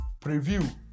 preview